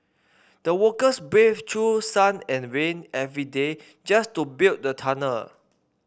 the workers braved through sun and rain every day just to build the tunnel